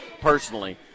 personally